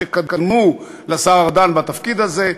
שקדמו לשר ארדן בתפקיד הזה,